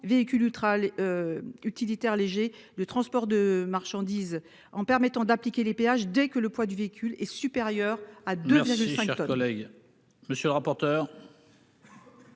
ultra-les. Utilitaires légers de transport de marchandises en permettant d'appliquer les péages dès que le poids du véhicule est supérieur à. Jusqu'.